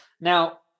Now